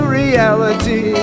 reality